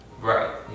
right